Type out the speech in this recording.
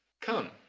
come